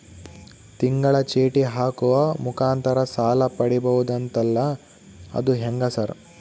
ತಿಂಗಳ ಚೇಟಿ ಹಾಕುವ ಮುಖಾಂತರ ಸಾಲ ಪಡಿಬಹುದಂತಲ ಅದು ಹೆಂಗ ಸರ್?